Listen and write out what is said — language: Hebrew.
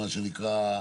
מה שנקרא,